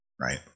Right